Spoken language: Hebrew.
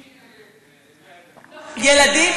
ילדים,